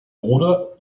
bruder